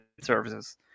services